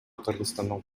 кыргызстандын